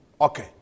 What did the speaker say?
Okay